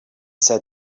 said